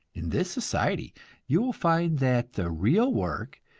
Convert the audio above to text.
in this society you will find that the real work,